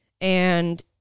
and-